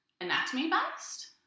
anatomy-based